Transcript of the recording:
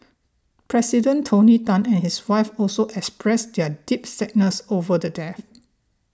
President Tony Tan and his wife also expressed their deep sadness over the deaths